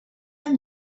amb